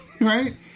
right